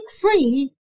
free